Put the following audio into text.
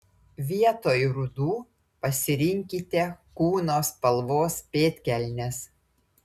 vietoj rudų pasirinkite kūno spalvos pėdkelnes